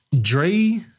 Dre